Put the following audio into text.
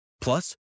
Plus